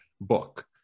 book